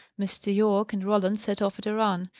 mr. yorke and roland set off at a run,